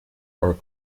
are